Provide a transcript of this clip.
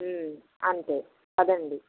అంతే పదండి